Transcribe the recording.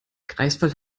greifswald